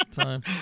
time